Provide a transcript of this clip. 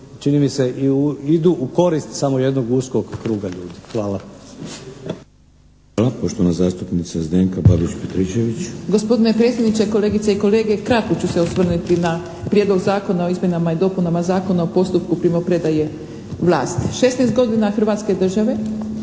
čini mi se i idu u korist samo jednog uskog kruga ljudi. Hvala.